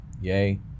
Yay